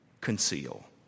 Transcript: conceal